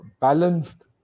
balanced